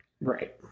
Right